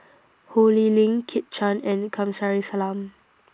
Ho Lee Ling Kit Chan and Kamsari Salam